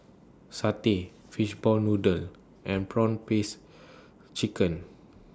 Satay Fishball Noodle and Prawn Paste Chicken